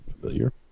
familiar